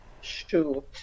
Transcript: shoot